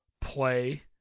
play